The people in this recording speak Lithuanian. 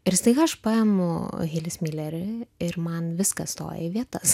ir staiga aš pamojau hilis milerį ir man viskas stoja į vietas